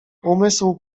umysł